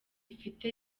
rifite